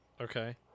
Okay